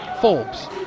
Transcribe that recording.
Forbes